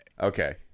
Okay